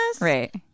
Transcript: Right